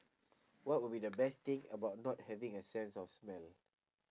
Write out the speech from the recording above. what would be the best thing about not having a sense of smell